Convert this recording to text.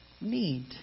need